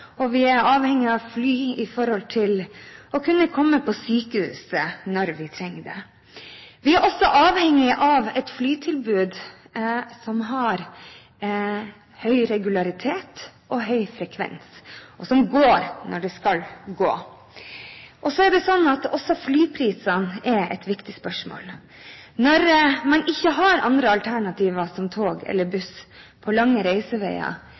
når vi trenger det. Vi er også avhengige av et flytilbud som har høy regularitet og høy frekvens – og fly som går når de skal gå. Også flyprisene er et viktig spørsmål. Når man ikke har andre alternativer, som tog eller buss, på lange reiseveier,